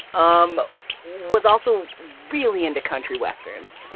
um was also really into country westerns.